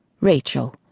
Rachel